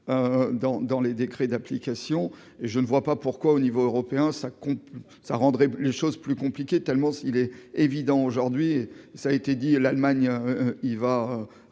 dans les décrets d'application et je ne vois pas pourquoi au niveau européen, ça, ça rendrait les choses plus compliquées, tellement il est évident aujourd'hui, ça a été dit l'Allemagne il va